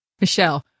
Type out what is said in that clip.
Michelle